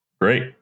Great